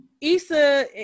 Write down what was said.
Issa